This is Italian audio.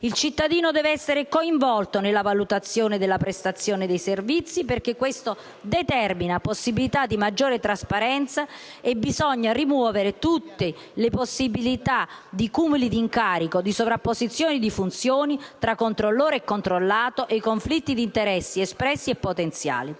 Il cittadino deve essere coinvolto nella valutazione della prestazione dei servizi, perché questo determina possibilità di maggiore trasparenza. Bisogna rimuovere tutte le possibilità di cumuli di incarichi, di sovrapposizioni di funzioni tra controllori e controllati e i conflitti di interesse espressi e potenziali.